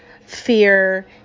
fear